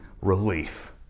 relief